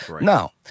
Now